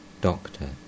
doctor